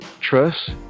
trust